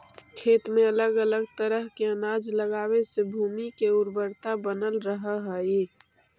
खेत में अलग अलग तरह के अनाज लगावे से भूमि के उर्वरकता बनल रहऽ हइ